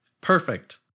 Perfect